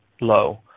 low